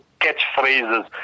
catchphrases